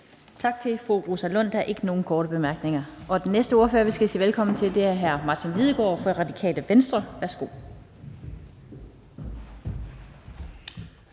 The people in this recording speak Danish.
Tak til fru Rosa Lund. Der er ikke nogen korte bemærkninger. Den næste ordfører, vi skal sige velkommen til, er hr. Martin Lidegaard fra Radikale Venstre. Værsgo.